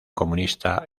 comunista